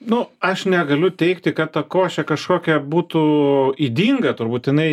nu aš negaliu teigti kad ta košė kažkokia būtų ydinga turbūt jinai